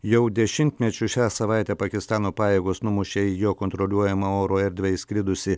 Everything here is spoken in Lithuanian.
jau dešimtmečiu šią savaitę pakistano pajėgos numušė į jo kontroliuojamą oro erdvę įskridusį